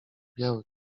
biały